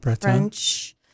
French